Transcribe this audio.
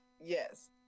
Yes